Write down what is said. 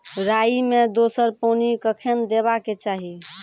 राई मे दोसर पानी कखेन देबा के चाहि?